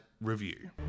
Review